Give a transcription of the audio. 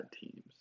teams